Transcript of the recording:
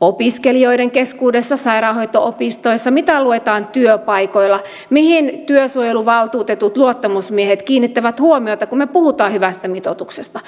opiskelijoiden keskuudessa sairaanhoito opistoissa mitä luetaan työpaikoilla mihin työsuojeluvaltuutetut luottamusmiehet kiinnittävät huomiota kun me puhumme hyvästä mitoituksesta